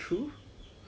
but with her orh